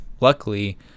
luckily